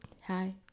hi